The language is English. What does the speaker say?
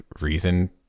reason